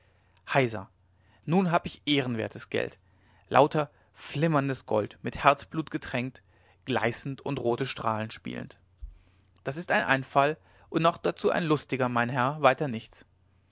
heisa nun habe ich ehrenwertes geld lauter flimmerndes gold mit herzblut getränkt gleißend und rote strahlen spielend das ist ein einfall und noch dazu ein lustiger mein herr weiter nichts